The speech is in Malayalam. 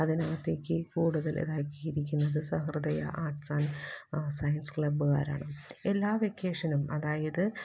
അതിനകത്തേക്ക് കൂടുതലാക്കിയിരിക്കുന്നത് സഹൃദയ ആര്ട്സ് ആന്ഡ് സയന്സ് ക്ലബ്ബുകാരാണ് എല്ലാ വെക്കേഷനും അതായത്